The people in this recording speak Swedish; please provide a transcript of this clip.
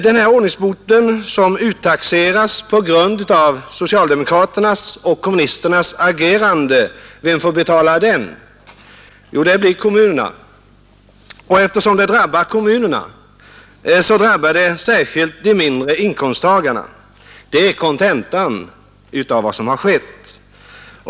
Den här ordningsboten som uttaxeras på grund av socialdemokraternas och kommunisternas agerande, vem får betala den? Jo, det blir kommunerna och eftersom det drabbar kommunerna så drabbar det särskilt de mindre inkomsttagarna. Det är kontentan av vad som skett.